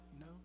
No